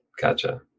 Gotcha